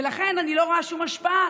ולכן אני לא רואה שום השפעה,